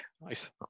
Nice